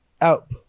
out